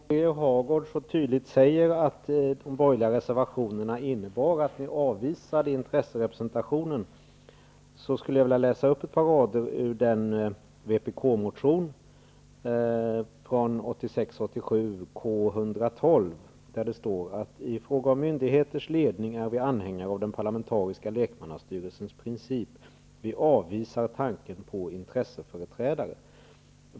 Fru talman! Eftersom Birger Hagård så tydligt säger att de borgerliga reservationerna innebar att vi avvisade intresserepresentationen, skulle jag vilja läsa upp ett par rader ur en vpk-motion från 1986/87, K112: ''I fråga om myndigheters ledning är vi anhängare av den parlamentariska lekmannastyrelsens princip. Vi avvisar tanken på intresseföreträdare.''